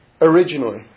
originally